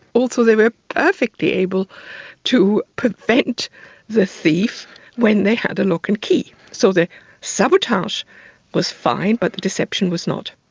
they were perfectly able to prevent the thief when they had a lock and key. so the sabotage was fine but the deception was not.